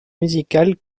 musicale